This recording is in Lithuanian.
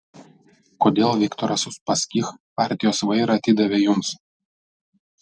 kodėl viktoras uspaskich partijos vairą atidavė jums